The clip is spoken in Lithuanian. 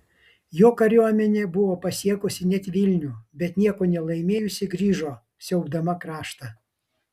jo kariuomenė buvo pasiekusi net vilnių bet nieko nelaimėjusi grįžo siaubdama kraštą